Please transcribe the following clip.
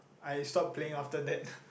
I stopped playing after that